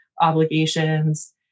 obligations